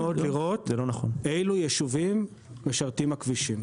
לראות אילו יישובים משרתים הכבישים.